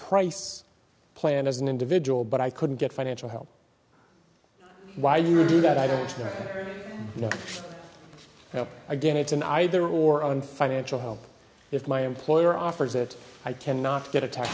price plan as an individual but i couldn't get financial help why you would do that i don't know again it's an either or on financial help if my employer offers it i cannot get a ta